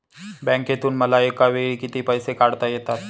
बँकेतून मला एकावेळी किती पैसे काढता येतात?